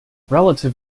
relative